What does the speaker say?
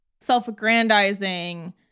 self-aggrandizing